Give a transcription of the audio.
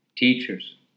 teachers